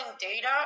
data